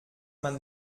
man